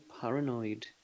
paranoid